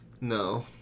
No